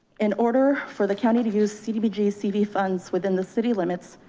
in order for the county to use cdbg cv funds within the city limits,